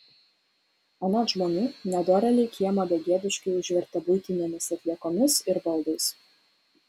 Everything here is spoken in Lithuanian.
anot žmonių nedorėliai kiemą begėdiškai užvertė buitinėmis atliekomis ir baldais